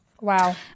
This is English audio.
Wow